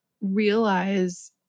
realize